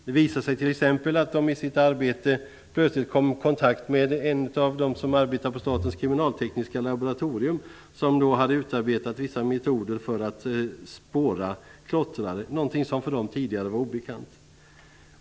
Det visar sig t.ex. att man i sitt arbete plötsligt kom i kontakt med en av dem som arbetar på Statens kriminaltekniska laboratorium och som hade utarbetat vissa metoder för att spåra klottrare. Tidigare var detta obekant för de här personerna.